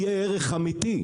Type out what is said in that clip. יהיה ערך אמיתי.